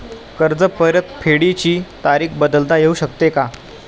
कर्ज परतफेडीची तारीख बदलता येऊ शकते का?